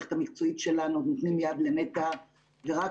המערכת המקצועית שלנו נותנים יד לנת"ע ורק